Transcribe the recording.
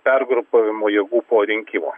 pergrupavimo jėgų po rinkimų